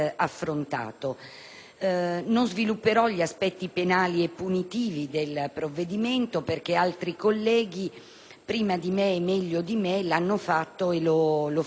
Non svilupperò gli aspetti penali e punitivi del provvedimento, perché altri colleghi prima e meglio di me l'hanno fatto e lo faranno in seguito.